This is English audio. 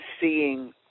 seeing